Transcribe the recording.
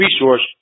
resource